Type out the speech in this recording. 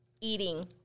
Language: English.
eating